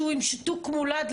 שהוא עם שיתוק מולד,